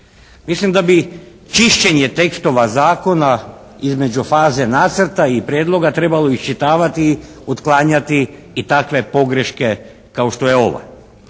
Mislim da bi čišćenje tekstova zakona između faze nacrta i prijedloga trebalo iščitavati, otklanjati i takve pogreške kao što je ova.